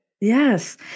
Yes